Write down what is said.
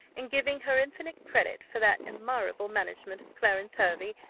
and giving her infinite credit for that admirable management of clarence hervey,